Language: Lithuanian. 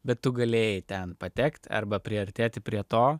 bet tu galėjai ten patekt arba priartėti prie to